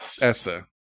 Esther